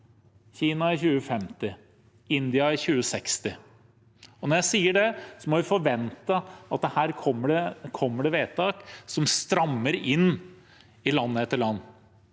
Kina i 2050, India i 2060. Når jeg sier det, må vi forvente at det her kommer vedtak som strammer inn i land etter land.